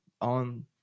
on